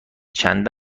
چند